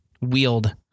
wield